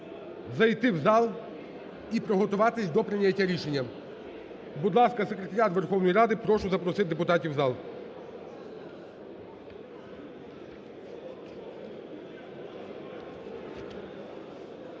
зайти в зал і приготуватись до прийняття рішення. Будь ласка, секретаріат Верховної Ради, прошу запросити депутатів у зал.